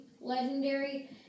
Legendary